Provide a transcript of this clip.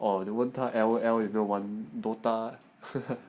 or 你问他 LOL 有没有玩 Dota